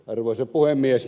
arvoisa puhemies